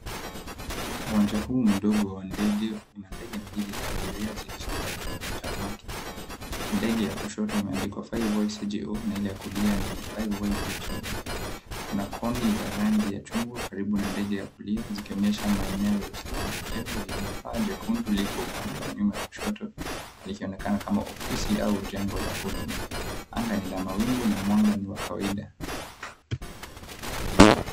Uwanja huu mdogo wa ndege una ndege mbili za abiria zilizopaki Kwa tarumaki. Ndege ya kushoto imeandikwa, Five Way CGO na ile ya kulia ni, Five Way BTD. Kuna koni za rangi ya chungwa karibu na ndege ya kulia zikionyesha maeneo ya usalama. Jengo lenye paa jekundu lipo upande wa nyuma wa kushoto likionekana kama ofisi au jengo la huduma. Anga ni la mawingu na mwanga ni wa kawaida.